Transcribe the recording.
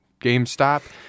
GameStop